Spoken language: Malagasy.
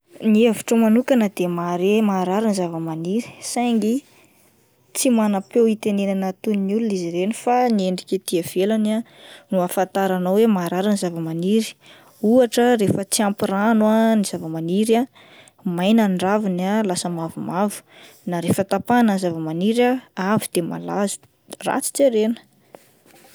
Ny hevitro manokana dia mahare marary ny zavamaniry saingy tsy manam-peo hitenenana toy ny olona izy ireny fa ny endrika ety ivelany ah no ahafataranao hoe marary ny zavamaniry ohatra rehefa tsy ampy rano ny zavamaniry maina ny raviny ah lasa mavomavo, na rehefa tapahina ny zavamaniry ah avy de malazo, ratsy jerena.